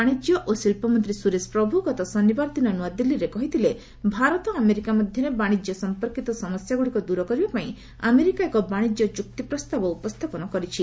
ବାଣିଜ୍ୟ ଓ ଶିଳ୍ପମନ୍ତ୍ରୀ ସ୍ୱରେଶ ପ୍ରଭ୍ର ଗତ ଶନିବାର ଦିନ ନୂଆଦିଲ୍ଲୀରେ କହିଥିଲେ ଭାରତ ଆମେରିକା ମଧ୍ୟରେ ବାଣିଜ୍ୟ ସମ୍ପର୍କୀତ ସମସ୍ୟାଗୁଡ଼ିକ ଦୂର କରିବା ପାଇଁ ଆମେରିକା ଏକ ବାଣିଜ୍ୟ ଚୁକ୍ତି ପ୍ରସ୍ତାବ ଉପସ୍ଥାପନ କରିଛି